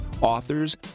authors